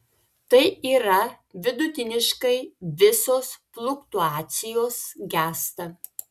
tai yra vidutiniškai visos fluktuacijos gęsta